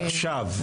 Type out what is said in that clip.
להכפיל עכשיו.